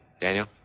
Daniel